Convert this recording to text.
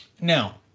Now